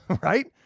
Right